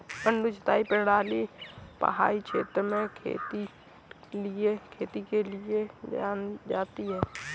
मडडू सिंचाई प्रणाली पहाड़ी क्षेत्र में खेती के लिए की जाती है